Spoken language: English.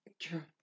true